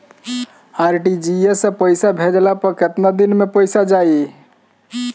RTGS से पईसा भेजला पर केतना दिन मे पईसा जाई?